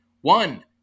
One